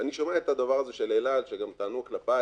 אני שומע את הדבר הזה של אל על, שגם טענו כלפיי